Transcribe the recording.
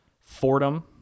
Fordham